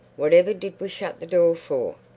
whatever did we shut the door for?